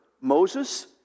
Moses